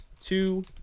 two